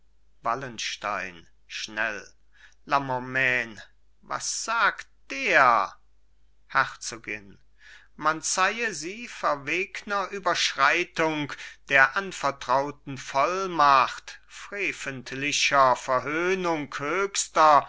wallenstein schnell lamormain was sagt der herzogin man zeihe sie verwegner überschreitung der anvertrauten vollmacht freventlicher verhöhnung höchster